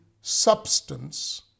substance